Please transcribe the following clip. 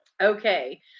okay